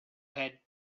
had